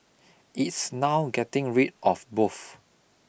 it's now getting rid of both